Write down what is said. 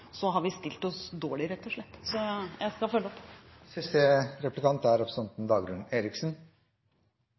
har vi stilt oss dårlig, rett og slett. Så jeg skal følge opp.